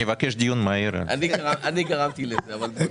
גפני,